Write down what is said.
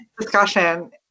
discussion